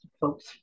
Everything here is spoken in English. folks